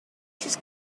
just